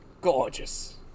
Gorgeous